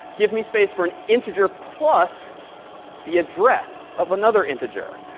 give me space for an integer plus the address of another integer.